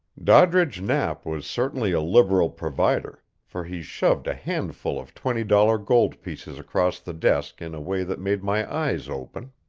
doddridge knapp was certainly a liberal provider, for he shoved a handful of twenty-dollar gold pieces across the desk in a way that made my eyes open.